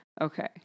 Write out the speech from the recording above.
Okay